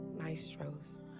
maestros